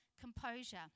composure